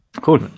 Cool